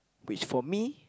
which for me